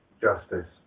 justice